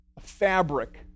fabric